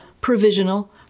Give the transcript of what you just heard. provisional